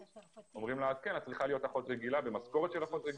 את צריכה להיות אחות רגילה במשכורת של אחות רגילה.